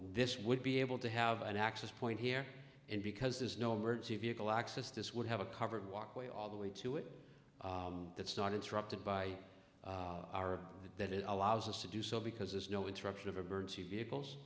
this would be able to have an access point here and because there's no emergency vehicle access this would have a covered walkway all the way to it that's not interrupted by that it allows us to do so because there's no interruption of emergency vehicles